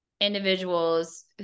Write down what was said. individuals